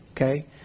Okay